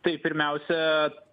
tai pirmiausia